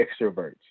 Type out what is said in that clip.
extroverts